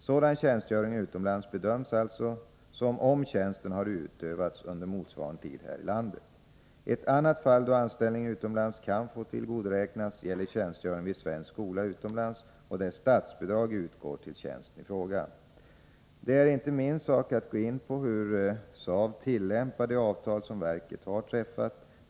Sådan tjänstgöring utomlands bedöms alltså som om tjänsten har utövats under motsvarande tid här i landet. Ett annat fall då anställning utomlands kan få tillgodoräknas gäller tjänstgöring vid svensk skola utomlands och där statsbidrag utgår till tjänsten i fråga. Det är inte min sak att gå in på hur SAV tillämpar de avtal som verket träffat.